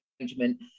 arrangement